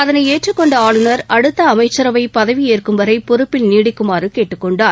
அதனை ஏற்றுக் கொண்ட ஆளுநர் அடுத்த அமைச்சரவை பதவி ஏற்கும்வரை பொறுப்பில் நீடிக்குமாறு கேட்டுக்கொண்டார்